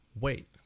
Wait